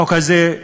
החוק הזה הוא